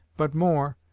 but more,